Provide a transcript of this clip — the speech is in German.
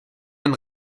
ein